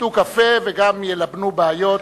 ישתו קפה וגם ילבנו בעיות,